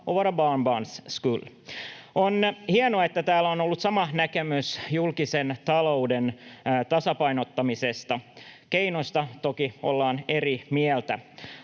våra barnbarns skull. On hienoa, että täällä on ollut sama näkemys julkisen talouden tasapainottamisesta. Keinoista toki ollaan eri mieltä.